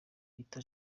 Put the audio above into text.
bita